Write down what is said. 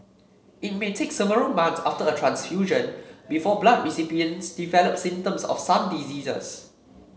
it may take several months after a transfusion before blood recipients develop symptoms of some diseases